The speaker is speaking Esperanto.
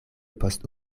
post